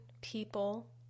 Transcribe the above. people